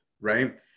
right